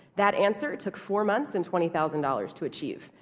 that answer took four months and twenty thousand dollars to achieve.